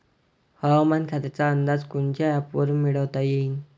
हवामान खात्याचा अंदाज कोनच्या ॲपवरुन मिळवता येईन?